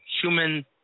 human